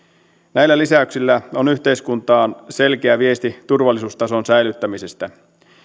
näillä lisäyksillä on yhteiskuntaan selkeä viesti turvallisuustason säilyttämisestä